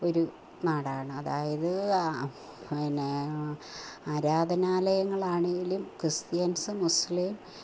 ഒരു നാടാണ് അതായത് പിന്നെ ആരാധനാലയങ്ങളാണെങ്കിലും ക്രിസ്ത്യൻസ് മുസ്ലിം